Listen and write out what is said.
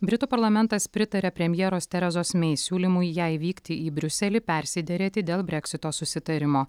britų parlamentas pritarė premjeros terezos mei siūlymui jai vykti į briuselį persiderėti dėl breksito susitarimo